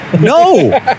no